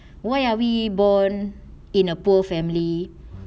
why are we born in a poor family